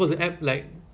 oh